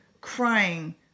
crying